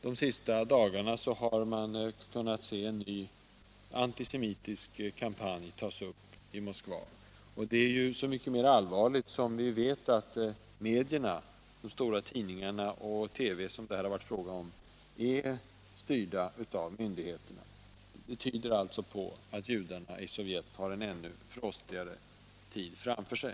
De senaste dagarna har man kunnat märka hur en ny antisemitisk kampanj har satt i gång i Moskva. Det är så mycket mera allvarligt som vi vet att medierna, de stora tidningarna och TV, som det här har varit fråga om, är styrda av myndigheterna. Det tyder alltså på att judarna i Sovjet har en ännu frostigare tid framför sig.